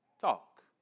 talk